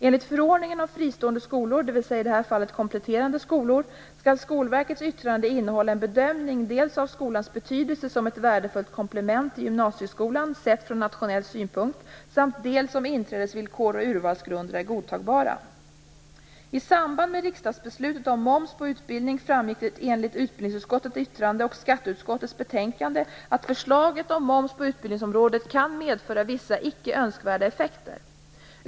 Enligt förordningen om fristående skolor, dvs. i det här fallet kompletterande skolor, skall Skolverkets yttrande innehålla en bedömning dels av skolans betydelse som ett värdefullt komplement till gymnasieskolan sett ur nationell synpunkt, dels av om inträdesvillkor och urvalsgrunder är godtagbara. I samband med riksdagsbeslutet om moms på utbildning framgick det enligt utbildningsutskottets yttrande och skatteutskottets betänkande att förslaget om moms på utbildningsområdet kan medföra vissa icke önskvärda effekter.